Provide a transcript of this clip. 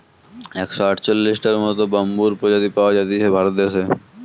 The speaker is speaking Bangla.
একশ আটচল্লিশটার মত বাম্বুর প্রজাতি পাওয়া জাতিছে ভারত দেশে